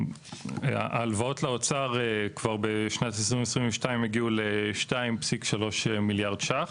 ההלוואות לאוצר בשנת 2022 הגיעו כבר ל-2.3 מיליארד ש"ח.